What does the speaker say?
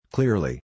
Clearly